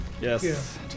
yes